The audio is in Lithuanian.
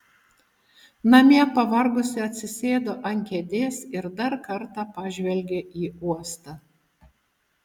namie pavargusi atsisėdo ant kėdės ir dar kartą pažvelgė į uostą